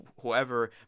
whoever